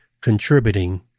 contributing